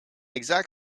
exact